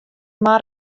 mar